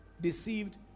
deceived